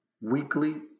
weekly